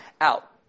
out